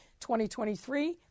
2023